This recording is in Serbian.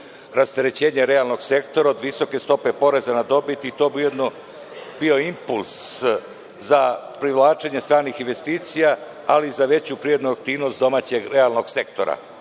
rasterećenje realnog sektora od visoke stope poreza na dobit i to bi ujedno bio impuls za privlačenje stranih investicija, ali i za veću privrednu aktivnost domaćeg realnog sektora. Zakon